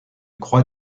croix